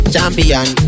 Champion